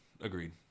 Agreed